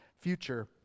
future